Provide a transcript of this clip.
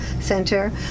center